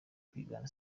kwigana